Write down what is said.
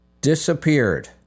disappeared